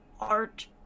art